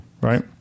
Right